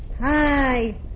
Hi